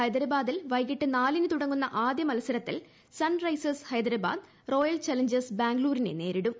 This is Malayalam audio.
ഹൈദരാബാദിൽ വൈകിട്ട് നാലിന് തുടങ്ങുന്ന ആദ്യമത്സരത്തിൽ സൺറൈസേഴ്സ് ഹൈദരാബാദ് റോയിൽ ചലഞ്ചേഴ്സ് ബാംഗ്ലൂരിനെ നേരിടും